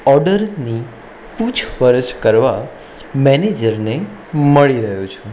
ઓર્ડરની પૂછપરછ કરવા મેનેજરને મળી રહ્યો છું